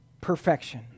perfection